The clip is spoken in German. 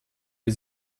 die